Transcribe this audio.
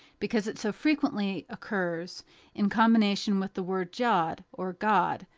because it so frequently occurs in combination with the word jod or god,